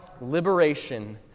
liberation